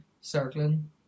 circling